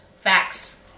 Facts